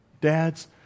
dads